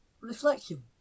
Reflection